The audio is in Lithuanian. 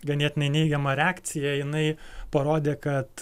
ganėtinai neigiama reakcija jinai parodė kad